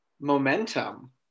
momentum